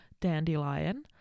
dandelion